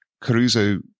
caruso